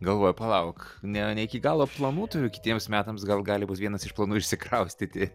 galvoja palauk ne ne iki galo planų turiu kitiems metams gal gali būt vienas iš planų išsikraustyti